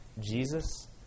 Jesus